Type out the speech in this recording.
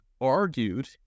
argued